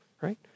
right